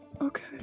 okay